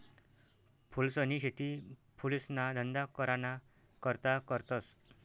फूलसनी शेती फुलेसना धंदा कराना करता करतस